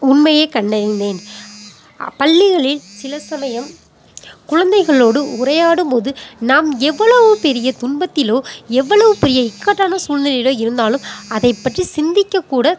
உண்மையைக் கண்டறிந்தேன் பள்ளிகளில் சில சமயம் குழந்தைகளோடு உரையாடும் போது நாம் எவ்வளவு பெரிய துன்பத்திலோ எவ்வளவு பெரிய இக்கட்டான சூழ்நிலையிலோ இருந்தாலும் அதைப் பற்றி சிந்திக்க கூட